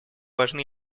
важны